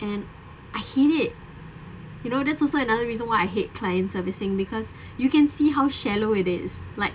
and I hate it you know that's also another reason why I hate client servicing because you can see how shallow it is like